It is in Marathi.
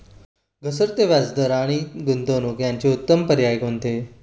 घसरते व्याजदर आणि गुंतवणूक याचे उत्तम पर्याय कोणते?